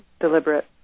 deliberate